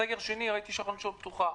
בסגר השני ראיתי שהחנות שלו פתוחה.